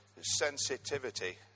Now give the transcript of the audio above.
sensitivity